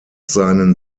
seinen